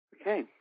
Okay